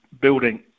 building